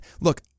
Look